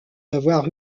d’avoir